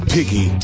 Piggy